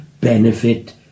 benefit